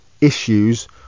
issues